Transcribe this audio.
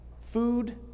food